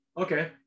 Okay